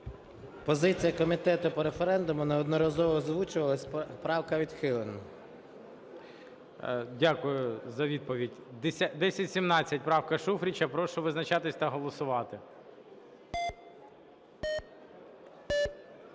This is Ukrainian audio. Позиція комітету по референдуму неодноразово озвучувалась. Правку відхилено. ГОЛОВУЮЧИЙ. Дякую за відповідь. 1017, правка Шуфрича. Прошу визначатись та голосувати.